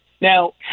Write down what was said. Now